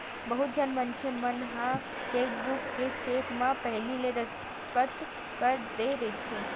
बहुत झन मनखे मन ह चेकबूक के चेक म पहिली ले दस्कत कर दे रहिथे